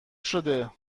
شده